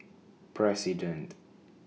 President